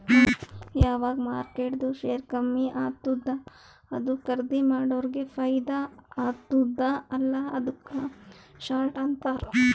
ಯಾವಗ್ ಮಾರ್ಕೆಟ್ದು ಶೇರ್ ಕಮ್ಮಿ ಆತ್ತುದ ಅದು ಖರ್ದೀ ಮಾಡೋರಿಗೆ ಫೈದಾ ಆತ್ತುದ ಅಲ್ಲಾ ಅದುಕ್ಕ ಶಾರ್ಟ್ ಅಂತಾರ್